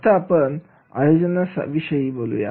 आता आपण आयोजनाविषयी बोलूया